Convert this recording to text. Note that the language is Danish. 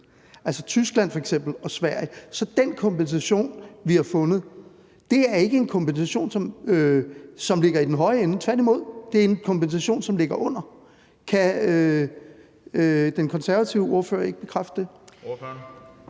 f.eks. Tyskland og Sverige – så er den kompensation, vi har fundet, ikke en kompensation, som ligger i den høje ende, tværtimod. Det er en kompensation, som ligger under. Kan den konservative ordfører ikke bekræfte det?